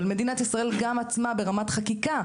אבל מדינת ישראל גם עצמה ברמת חקיקה,